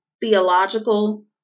theological